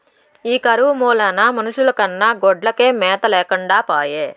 ఈ కరువు మూలాన మనుషుల కన్నా గొడ్లకే మేత లేకుండా పాయె